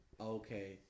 okay